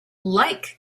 like